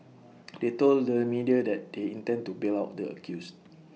they told the media that they intend to bail out the accused